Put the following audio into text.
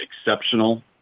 exceptional